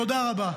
תודה רבה.